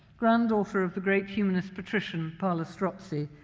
granddaughter of the great humanist patrician palla strozzi,